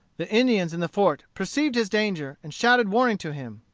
the indians in the fort perceived his danger, and shouted warning to him.